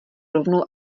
rovnou